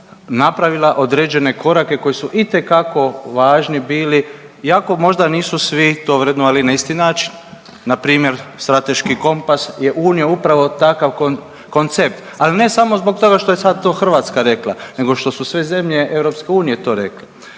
napravila određene korake koji su itekako važni bili iako možda nisu svi to vrednovali na isti način. Npr. strateški kompas je unio upravo takav koncept, ali ne samo zbog toga što je sad to Hrvatska rekla nego što su sve zemlje EU to rekle.